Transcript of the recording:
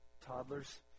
toddlers